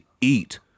eat